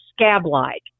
scab-like